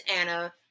Anna